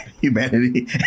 humanity